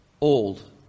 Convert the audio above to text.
old